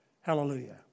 Hallelujah